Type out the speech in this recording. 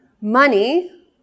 Money